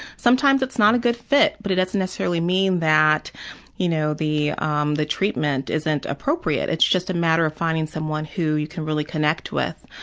sometimes it's not a good fit, but it doesn't necessarily mean that you know the um the treatment isn't appropriate. it's just a matter of finding someone who you can really connect with.